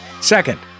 Second